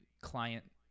client